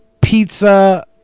pizza